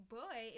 boy